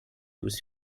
was